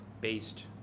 based